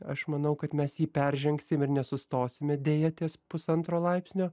aš manau kad mes jį peržengsim ir nesustosime deja ties pusantro laipsnio